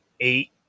eight